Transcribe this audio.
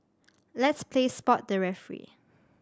let's play spot the referee